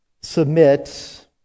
submit